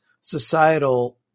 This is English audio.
societal